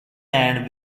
and